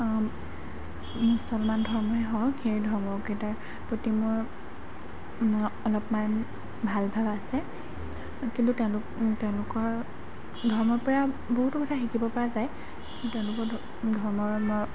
মুছলমান ধৰ্মই হওক সেই ধৰ্মকেইটাৰ প্ৰতি মোৰ অলপমান ভাল ভাৱ আছে কিন্তু তেওঁলোক তেওঁলোকৰ ধৰ্মৰ পৰা বহুতো কথা শিকিব পৰা যায় তেওঁলোকৰ ধৰ্মৰ মই